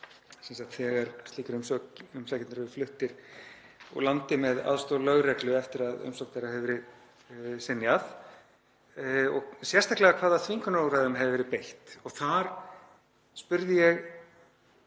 þegar slíkir umsækjendur eru fluttir úr landi með aðstoð lögreglu eftir að umsókn þeirra hefur verið synjað, og sérstaklega hvaða þvingunarúrræðum hefði verið beitt. Þar spurði ég